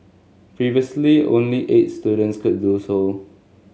previously only eight students could do so